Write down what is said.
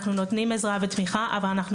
אנחנו נותנים עזרה ותמיכה אבל אנחנו